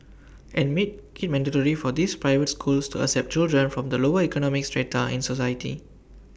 and make IT mandatory for these private schools to accept children from the lower economic strata in society